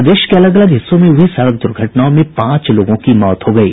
प्रदेश के अलग अलग हिस्सों में हुई सड़क द्र्घटनाओं में पांच लोगों की मौत हो गयी